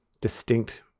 distinct